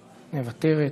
מוותרת.